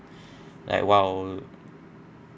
like !wow!